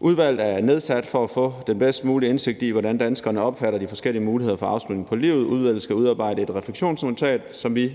Udvalget er nedsat for at få den bedst mulige indsigt i, hvordan danskerne opfatter de forskellige muligheder for en afslutning på livet. Udvalget skal udarbejde et refleksionsnotat, som vi